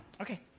Okay